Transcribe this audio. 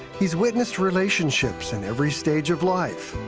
he has witnessed relationships in every stage of life.